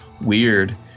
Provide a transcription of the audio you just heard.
weird